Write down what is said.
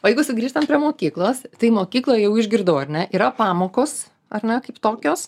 o jeigu sugrįžtam prie mokyklos tai mokykloj jau išgirdau ar ne yra pamokos ar ne kaip tokios